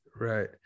Right